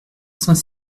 saint